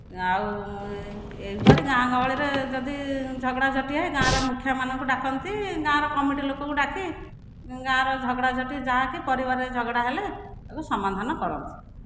ଆଉ ଏହିପରି ଗାଁ ଗହଳିରେ ଯଦି ଝଗଡ଼ାଝାଟି ହୁଏ ଗାଁର ମୁଖିଆମାନଙ୍କୁ ଡାକନ୍ତି ଗାଁର କମିଟି ଲୋକଙ୍କୁ ଡାକି ଗାଁର ଝଗଡ଼ାଝାଟି ଯାହାକି ପରିବାରରେ ଝଗଡ଼ା ହେଲେ ତାକୁ ସମାଧାନ କରନ୍ତି